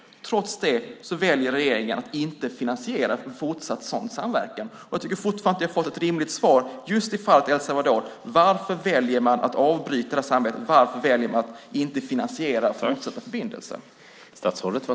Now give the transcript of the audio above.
Trots det väljer regeringen att inte finansiera en fortsatt sådan samverkan. Jag tycker fortfarande inte att jag har fått ett rimligt svar i fallet El Salvador. Varför väljer man att avbryta det här samarbetet? Varför väljer man att inte finansiera fortsatta förbindelser?